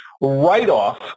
write-off